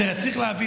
תראה, צריך להבין